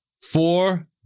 Four